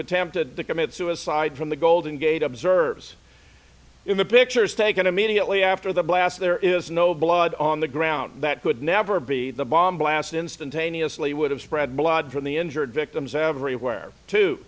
attempted to commit suicide from the golden gate observes in the pictures taken immediately after the blast there is no blood on the ground that could never be the bomb blast instantaneously would have spread blood from the injured victims everywhere to